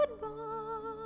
goodbye